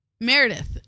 Meredith